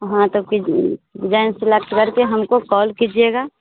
हाँ तो फिर जेन्ट्स लड़के हमको कॉल कीजिएगा